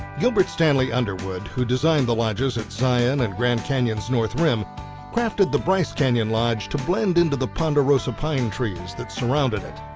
gilbert stanley underwood who designed the lodges at zion and grand canyon's north rim crafted the bryce canyon lodge to blend into the ponderosa pine trees that surrounded it.